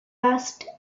asked